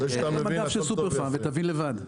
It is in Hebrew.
לך למדף של סופרפארם ותבין לבד.